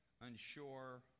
unsure